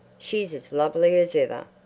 she's as lovely as ever,